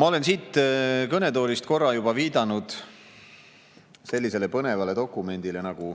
Ma olen siit kõnetoolist korra juba viidanud sellisele põnevale dokumendile nagu